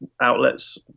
outlets